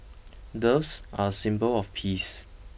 doves are symbol of peace